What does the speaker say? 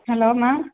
hello ma'am